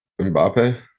Mbappe